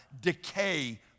decay